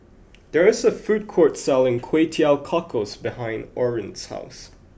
there is a food court selling Kway Teow Cockles behind Orrin's house